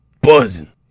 buzzing